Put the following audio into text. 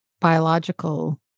biological